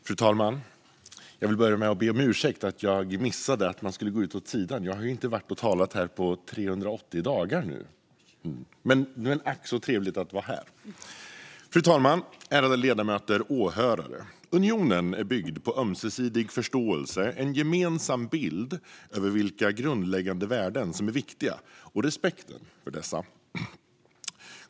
Fru talman! Jag vill börja med att be om ursäkt för att jag tidigare missade att man ska gå ut vid sidan. Jag har inte varit här och talat på 380 dagar. Men det är ack så trevligt att vara här nu. Fru talman! Ärade ledamöter! Åhörare! Unionen är byggd på ömsesidig förståelse, en gemensam bild av vilka grundläggande värden som är viktiga och respekten för dessa.